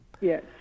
Yes